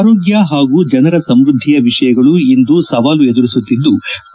ಆರೋಗ್ಯ ಹಾಗೂ ಜನರ ಸಮ್ನದ್ದಿಯ ವಿಷಯಗಳು ಇಂದು ಸವಾಲು ಎದುರಿಸುತ್ತಿದ್ಲು